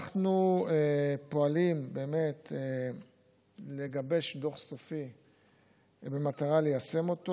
אנחנו פועלים לגבש דוח סופי במטרה ליישם אותו.